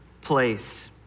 place